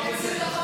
אתם אפילו לא,